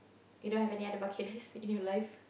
you don't have any other bucket list in your life